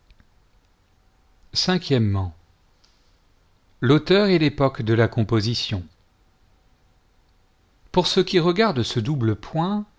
l'auteur et l'époque de la composition pour ce qui regarde ce double point